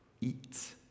eat